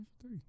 three